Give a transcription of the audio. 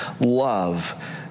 love